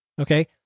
okay